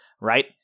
right